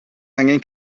angen